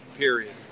Period